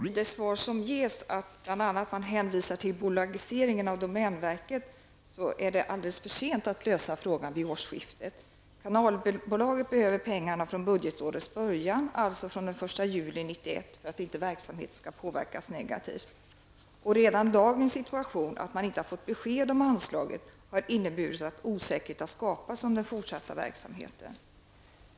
Herr talman! Jag ber att få tacka industriministern för svaret. I svaret hänvisas till bolagiseringen av domänverket. Men det är alldeles för sent att lösa frågan vid årsskiftet. Kanalbolaget behöver pengarna från budgetårets början, dvs. från den 1 januari 1991, för att verksamheten inte skall påverkas negativt. Att man inte fått besked om anslaget har redan i dag inneburit att osäkerhet har skapats om den fortsatta verksamheten.